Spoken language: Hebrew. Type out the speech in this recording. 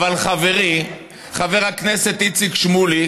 אבל חברי חבר הכנסת איציק שמולי